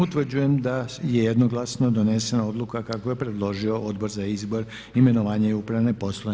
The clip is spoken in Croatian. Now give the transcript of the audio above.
Utvrđujem da je jednoglasno donesena odluka kako je predložio Odbor za izbor, imenovanje, upravne poslove.